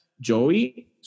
Joey